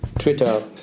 twitter